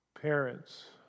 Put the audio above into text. parents